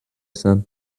son